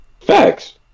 Facts